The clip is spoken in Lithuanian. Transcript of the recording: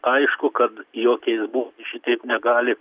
aišku kad jokiais būdais šitaip negali